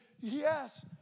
Yes